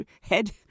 head